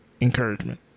encouragement